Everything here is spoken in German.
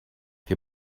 wir